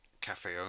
cafe